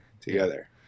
together